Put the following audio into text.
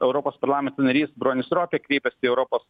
europos parlamento narys bronis ropė kreipiasi į europos